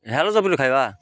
ଖାଇବା